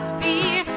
fear